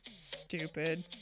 Stupid